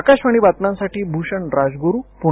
आकाशवाणीच्या बातम्यांसाठी भूषण राजगुरू पुणे